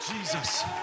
Jesus